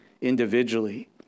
individually